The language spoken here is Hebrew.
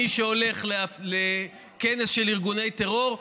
עם מי שהולך לכנס של ארגוני טרור,